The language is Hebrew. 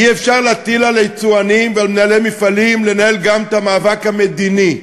אי-אפשר להטיל על היצואנים ועל מנהלי מפעלים לנהל גם את המאבק המדיני.